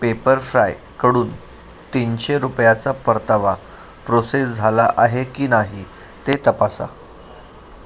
पेपरफ्रायकडून तीनशे रुपयाचा परतावा प्रोसेस झाला आहे की नाही ते तपासा